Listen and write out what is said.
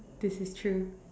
this is true